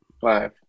five